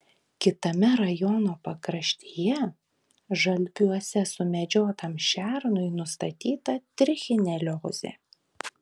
kitame rajono pakraštyje žalpiuose sumedžiotam šernui nustatyta trichineliozė